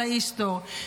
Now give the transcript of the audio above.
אללה יוסטור.